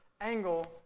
angle